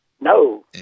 No